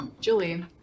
Julie